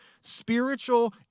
spiritual